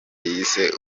yise